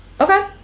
Okay